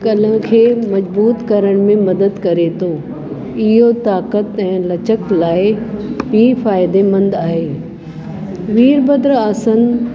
गले खे मजबूत करनि में मदद करे थो इहो ताक़त ऐं लचक लाइ ई फ़ाइदेमंद आहे वीरभद्र आसन